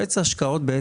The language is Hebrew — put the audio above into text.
השקעות.